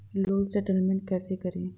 Loan settlement कैसे करें?